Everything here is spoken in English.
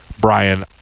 Brian